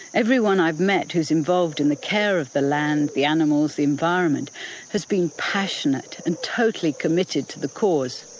everyone i've met who's involved in the care of the land, the animals and the environment has been passionate and totally committed to the cause.